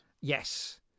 Yes